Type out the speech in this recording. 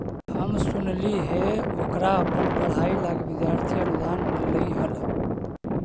हम सुनलिइ हे ओकरा अपन पढ़ाई लागी विद्यार्थी अनुदान मिल्लई हल